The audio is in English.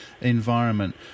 environment